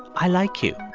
i like you.